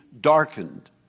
darkened